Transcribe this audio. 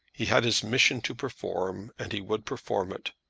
he had his mission to perform and he would perform it,